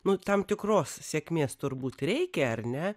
nu tam tikros sėkmės turbūt reikia ar ne